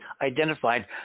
identified